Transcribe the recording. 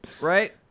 right